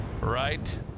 Right